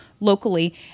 locally